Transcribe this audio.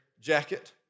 jacket